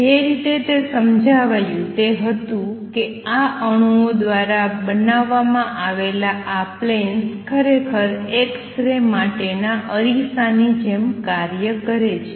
જે રીતે તે સમજાવાયું તે હતું કે આ આણુઓ દ્વારા બનાવવામાં આવેલા આ પ્લેન્સ ખરેખર એક્સ રે માટેના અરીસાની જેમ કાર્ય કરે છે